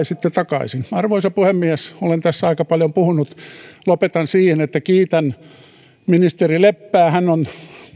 sitten takaisin arvoisa puhemies olen tässä aika paljon puhunut lopetan siihen että kiitän ministeri leppää hän on